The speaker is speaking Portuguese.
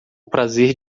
prazer